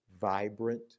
vibrant